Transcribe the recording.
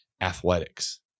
athletics